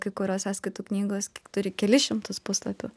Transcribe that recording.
kai kurios sąskaitų knygos kiek turi kelis šimtus puslapių